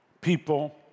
people